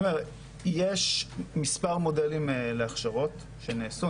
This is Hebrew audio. יש מספר מודלים של הכשרות שנעשו,